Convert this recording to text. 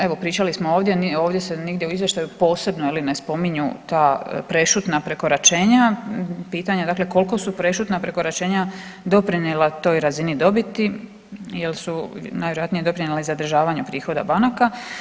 Evo, pričali smo ovdje, ovdje se nigdje u Izvještaju posebno, je li, ne spominju ta prešutna prekoračenja, pitanje je dakle koliko su prešutna prekoračenja doprinijela toj razini dobiti jer su najvjerojatnije doprinijele zadržavanju prihodu banaka.